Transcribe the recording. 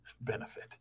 benefit